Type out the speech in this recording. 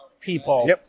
people